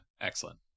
Excellent